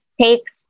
takes